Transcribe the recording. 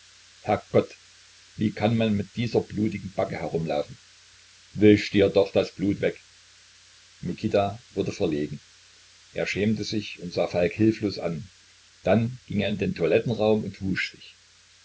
herrgott wie kann man mit dieser blutigen backe herumlaufen wisch dir doch das blut weg mikita wurde verlegen er schämte sich und sah falk hilflos an dann ging er in den toilettenraum und wusch sich